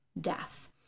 death